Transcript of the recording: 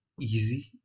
easy